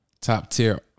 top-tier